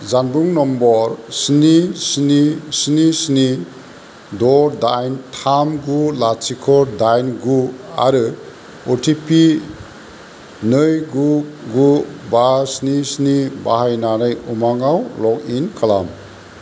जानबुं नम्बर स्नि स्नि स्नि स्नि द' दाइन थाम गु लाथिख' दाइन गु आरो अ टि पि नै गु गु बा स्नि स्नि बाहायनानै उमांआव लग इन खालाम